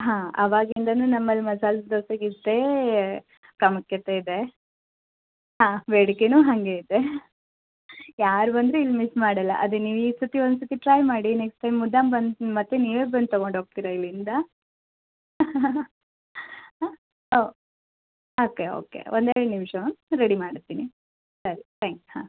ಹಾ ಆವಾಗಲಿಂದನೂ ನಮ್ಮಲ್ಲಿ ಮಸಾಲೆ ದೋಸೆಗೆ ಇಷ್ಟೇ ಪ್ರಾಮುಖ್ಯತೆ ಇದೆ ಹಾ ಬೇಡಿಕೆನೂ ಹಾಗೆ ಇದೆ ಯಾರು ಬಂದ್ರೂ ಇಲ್ಲಿ ಮಿಸ್ ಮಾಡಲ್ಲ ಅದೇ ನೀವು ಈ ಸರ್ತಿ ಒಂದ್ಸತಿ ಟ್ರೈ ಮಾಡಿ ನೆಕ್ಸ್ಟ್ ಟೈಮ್ ಮತ್ತೆ ನೀವೆ ಬಂದು ತಗೊಂಡು ಹೋಗ್ತಿರ ಇಲ್ಲಿಂದ ಹಾ ಓ ಓಕೆ ಓಕೆ ಒಂದು ಎರಡು ನಿಮಿಷ ರೆಡಿ ಮಾಡಿಸ್ತೀನಿ ಸರಿ ಥ್ಯಾಂಕ್ಸ್ ಹಾ